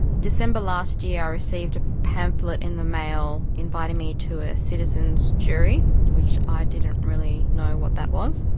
december last year i received a pamphlet in the mail inviting me to a citizens jury, which i didn't really know what that was.